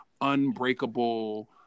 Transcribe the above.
unbreakable